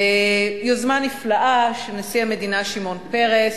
יוזמה נפלאה של נשיא המדינה שמעון פרס